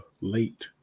late